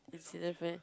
is either friend